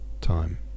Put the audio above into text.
time